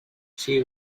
she